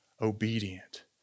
obedient